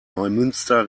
neumünster